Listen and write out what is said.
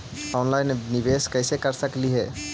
Online निबेस कैसे कर सकली हे?